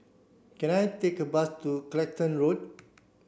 can I take a bus to Clacton Road